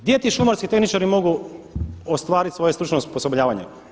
Gdje ti šumarski tehničari mogu ostvariti svoje stručno osposobljavanje?